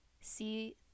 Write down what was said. see